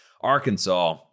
Arkansas